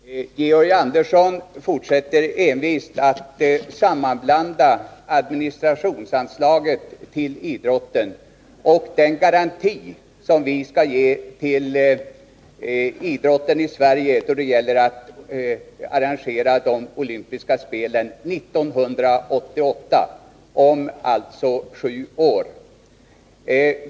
Herr talman! Georg Andersson fortsätter envist att sammanblanda administrationsanslaget till idrotten och den garanti som vi skall ge till idrotten i Sverige då det gäller att arrangera de olympiska spelen 1988, alltså om sju år.